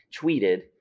tweeted